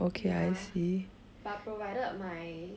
ya but provided my